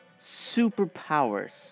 superpowers